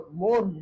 more